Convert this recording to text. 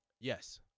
Yes